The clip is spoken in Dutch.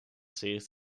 series